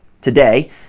today